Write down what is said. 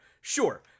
sure